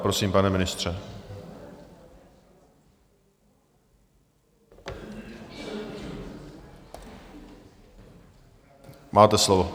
Prosím, pane ministře, máte slovo.